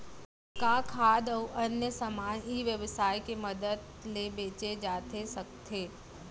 का खाद्य अऊ अन्य समान ई व्यवसाय के मदद ले बेचे जाथे सकथे?